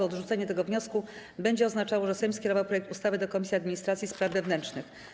Odrzucenie tego wniosku będzie oznaczało, że Sejm skierował projekt ustawy do Komisji Administracji i Spraw Wewnętrznych.